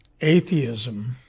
atheism